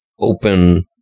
open